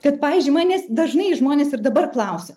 kad pavyzdžiui manęs dažnai žmonės ir dabar klausia